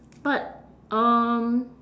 but um